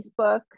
Facebook